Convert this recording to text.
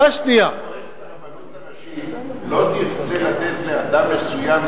אם מועצת הרבנות הראשית לא תרצה לתת לאדם מסוים,